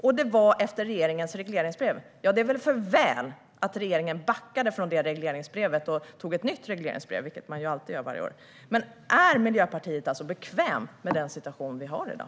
Det gjordes efter regeringens regleringsbrev. Det var väl för väl att regeringen backade från detta regleringsbrev och skrev ett nytt, vilket man alltid gör varje år. Är Miljöpartiet alltså bekvämt med den situation vi har i dag?